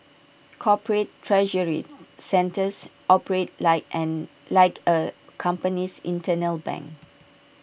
corporate treasury centres operate like an like A company's internal bank